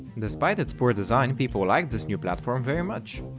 despite its poor design people liked this new platform very much.